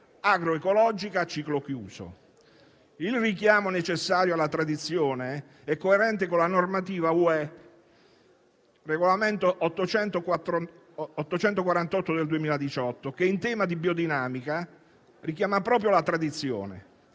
agroecologica a ciclo chiuso. Il richiamo necessario alla tradizione è coerente con la normativa UE (regolamento n. 848 del 2018), che in tema di biodinamica richiama proprio la tradizione.